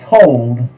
told